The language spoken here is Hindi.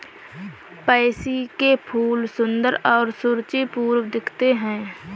पैंसी के फूल सुंदर और सुरुचिपूर्ण दिखते हैं